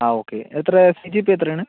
ആ ഓക്കെ എത്ര C G P A എത്രയാണ്